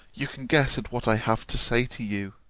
you can guess at what i have to say to you.